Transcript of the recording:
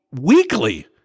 weekly